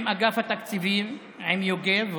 עם יוגב,